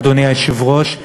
אדוני היושב-ראש,